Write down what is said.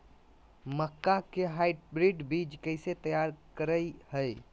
मक्का के हाइब्रिड बीज कैसे तैयार करय हैय?